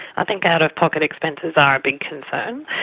i think out-of-pocket expenses are a big concern.